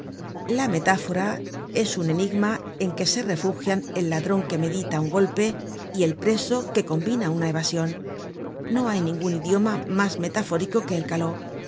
la metáfora es un enigma en que se refugian el ladron que medita un golpe y el preso que combina una evasion no hay ningun idioma mas metafórico que el caló